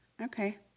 Okay